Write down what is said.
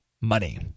money